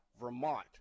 Vermont